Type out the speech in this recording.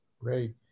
Great